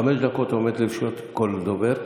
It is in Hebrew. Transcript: חמש דקות עומדות לרשות כל דובר,